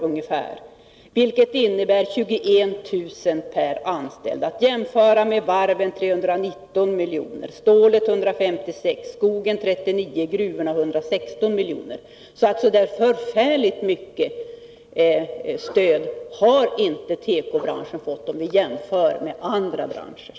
Det innebär 21 000 per anställd, att jämföras med varvens 319, stålets 156, skogens 39 och gruvornas 116 miljoner. Så förfärligt mycket stöd har tekobranschen inte fått om vi jämför med andra branscher.